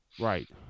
Right